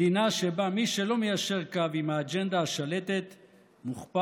מדינה שבה מי שלא מיישר קו עם האג'נדה השלטת מוכפש,